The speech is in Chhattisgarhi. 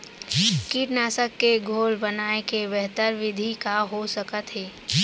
कीटनाशक के घोल बनाए के बेहतर विधि का हो सकत हे?